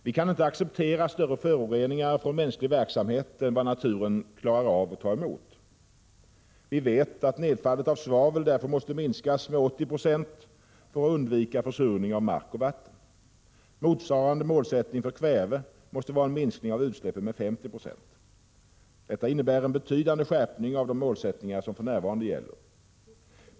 Vi kan inte acceptera större föroreningar från mänsklig verksamhet än vad naturen klarar av att ta emot. Vi vet att nedfallet av svavel därför måste minskas med 80 96 för undvikande av försurning av mark och vatten. Motsvarande målsättning för kväve måste vara en minskning av utsläppen med 50 26. Detta innebär en betydande skärpning av de målsättningar som gäller för närvarande.